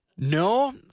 No